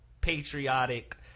patriotic